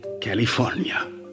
California